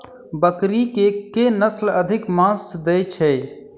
बकरी केँ के नस्ल अधिक मांस दैय छैय?